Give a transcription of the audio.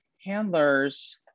handlers